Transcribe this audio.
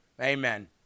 amen